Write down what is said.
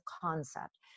concept